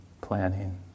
planning